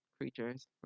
creatures